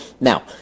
now